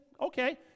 okay